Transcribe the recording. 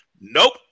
Nope